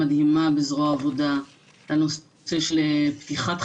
הבדואית בנגב ועבור נשים ערביות ממזרח ירושלים תוקצב בסך של 13 מיליון